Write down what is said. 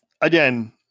Again